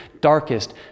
darkest